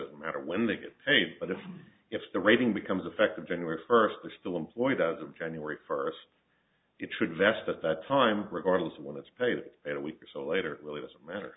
didn't matter when they get paid but if if the rating becomes effective january first they're still employed as of january first it should vest at that time regardless of when it's paid at a week or so later really doesn't matter